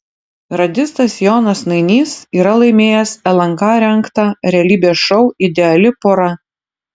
radistas jonas nainys yra laimėjęs lnk rengtą realybės šou ideali pora